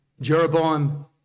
Jeroboam